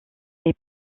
est